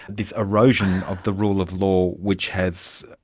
this erosion of the rule of law which has,